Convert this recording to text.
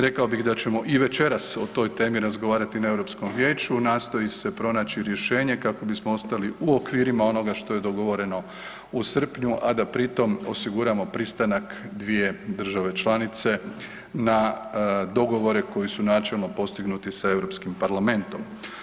Rekao bih da ćemo i večeras o toj temi razgovarati na Europskom vijeću nastoji se pronaći rješenje kako bismo ostali u okvirima onoga što je dogovoreno u srpnju, a da pri tom osiguramo pristanak dvije države članice na dogovore koji su načelno postignuti sa Europskim parlamentom.